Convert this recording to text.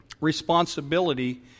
responsibility